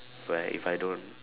where if I don't